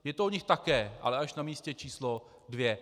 Je to o nich také, ale až na místě číslo dvě.